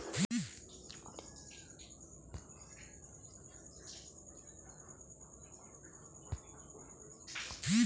धान क खेती जून में अउर गेहूँ क दिसंबर में?